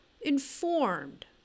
informed